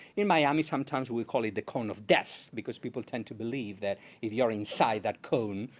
in miami, sometimes we call it the cone of death, because people tend to believe that if you're inside that cone,